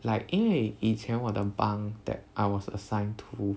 like 因为以前我的 bunk that I was assigned to